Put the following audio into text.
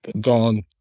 gone